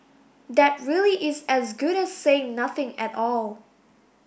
that really is as good as saying nothing at all